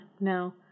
No